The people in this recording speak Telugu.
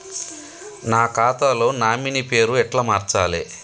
నా ఖాతా లో నామినీ పేరు ఎట్ల మార్చాలే?